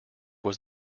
was